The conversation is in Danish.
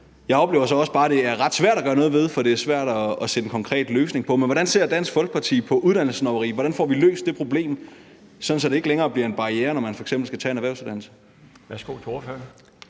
Jeg oplever så også bare, at det er ret svært at gøre noget ved det, for det er svært at finde en konkret løsning, men hvordan ser Dansk Folkeparti på uddannelsessnobberi, og hvordan får vi løst det problem, sådan at det ikke længere bliver en barriere for at tage f.eks. en erhvervsuddannelse?